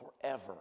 forever